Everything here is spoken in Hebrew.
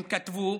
הם כתבו,